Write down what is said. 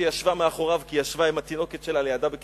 שישבה מאחוריו כי היא ישבה ליד התינוקת שלה,